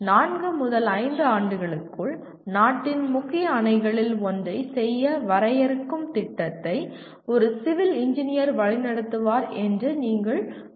நான்கு முதல் ஐந்து ஆண்டுகளுக்குள் நாட்டின் முக்கிய அணைகளில் ஒன்றை செய்ய வரையறுக்கும் திட்டத்தை ஒரு சிவில் இன்ஜினியர் வழிநடத்துவார் என்று நீங்கள் கூற முடியாது